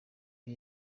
the